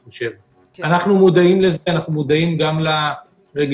אנחנו מודעים לזה, אנחנו מודעים גם לרגישות.